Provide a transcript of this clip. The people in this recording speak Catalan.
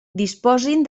disposin